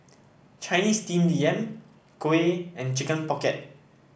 Chinese Steamed Yam kuih and Chicken Pocket